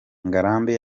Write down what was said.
ngarambe